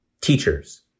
Teachers